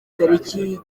tariki